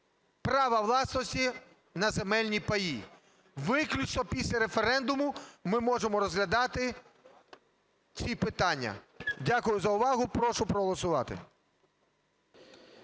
права власності на земельні паї". Виключно після референдуму ми можемо розглядати ці питання. Дякую за увагу. Прошу проголосувати.